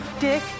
Dick